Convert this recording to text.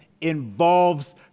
involves